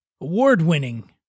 award-winning